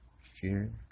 Fear